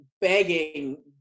begging